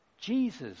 Jesus